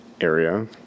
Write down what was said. area